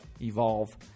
evolve